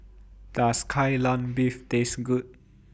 Does Kai Lan Beef Taste Good